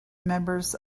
members